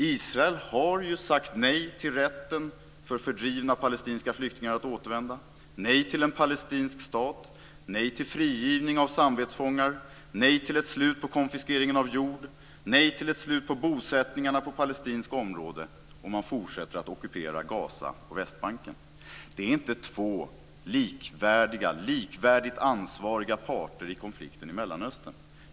Israel har ju sagt nej till rätten för fördrivna palestinska flyktingar att återvända, nej till en palestinsk stat, nej till frigivning av samvetsfångar, nej till ett slut på konfiskeringen av jord och nej till ett slut på bosättningarna på palestinskt område, och man fortsätter att ockupera Gaza och Västbanken. Det är inte två likvärdigt ansvariga parter i konflikten i Mellanöstern.